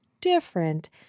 different